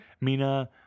Mina